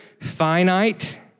finite